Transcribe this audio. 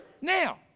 Now